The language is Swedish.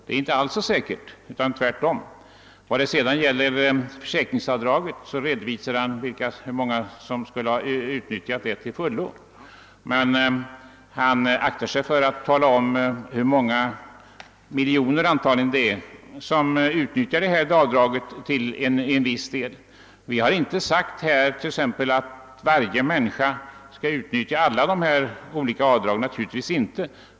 Det är emellertid inte så säkert, utan tvärtom! Beträffande försäkringsavdraget talade herr Kristenson om hur många människor som hade utnyttjat det maximalt, men han aktade sig för att tala om hur många miljoner som utnyttjar avdraget till en viss del. Vi har inte sagt att alla människor skall utnyttja samtliga avdrag. Naturligtvis inte.